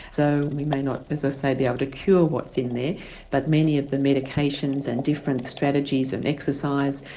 so we may not so so be able to cure what's in there but many of the medications and different strategies and exercise,